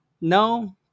No